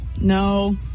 No